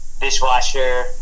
dishwasher